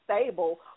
stable